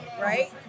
right